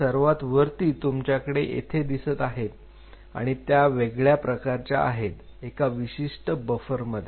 सर्वात वरती तुमच्याकडे येते दिसत आहेत आणि त्या वेगळ्या प्रकारच्या आहेत एका विशिष्ट बफर मध्ये